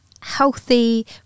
healthy